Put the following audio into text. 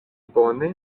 bone